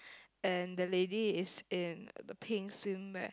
and the lady is in the pink swimwear